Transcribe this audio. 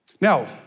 Now